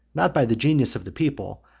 not by the genius of the people,